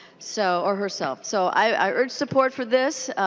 so or herself. so i urge support for this.